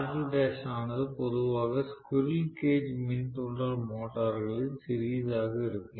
R2l ஆனது பொதுவாக squirrel cage மின் தூண்டல் மோட்டார்களில் சிறியதாக இருக்கும்